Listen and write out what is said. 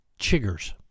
Chiggers